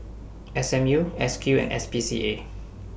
S M U S Q and S P C A